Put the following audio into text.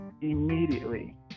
Immediately